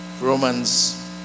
Romans